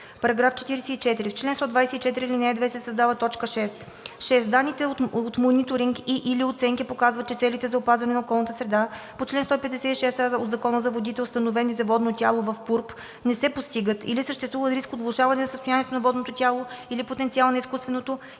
§ 44. „§ 44. В чл. 124, ал. 2 се създава т. 6: „6. данните от мониторинг и/или оценки показват, че целите за опазване на околната среда по чл. 156а от Закона за водите, установени за водно тяло в ПУРБ, не се постигат или съществува риск от влошаване на състоянието на водно тяло или потенциала на изкуствено